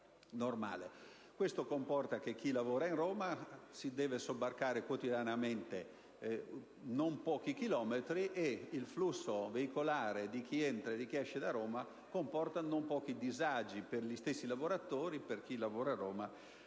Questo comporta che chi lavora a Roma si deve sobbarcare quotidianamente non pochi chilometri ed il flusso veicolare di chi entra e di chi esce da Roma comporta non pochi disagi per coloro che vi lavorano.